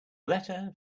letter